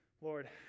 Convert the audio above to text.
Lord